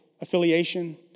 affiliation